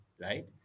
right